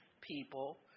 people